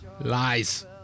Lies